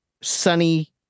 sunny